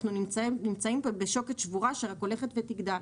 אנחנו נמצאים פה בשוקת שבורה שרק תלך ותגדל.